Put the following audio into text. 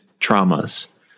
traumas